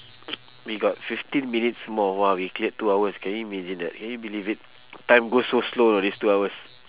we got fifteen minutes more !wah! we cleared two hours can you imagine that can you believe it time goes so slow know these two hours